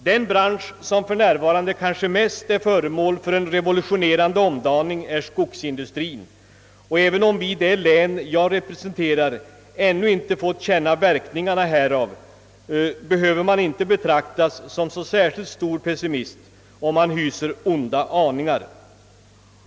Den bransch som för närvarande kanske mest är föremål för en revolutionerande omdaning är skogsindustrien, och även om vi i det län jag representerar ännu inte fått känna verkningarna härav, behöver man inte betraktas som någon särskilt stor pessimist, om man hyser onda aningar.